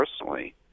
personally